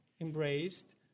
embraced